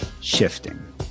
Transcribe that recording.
shifting